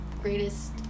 greatest